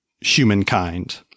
humankind